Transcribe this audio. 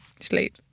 sleep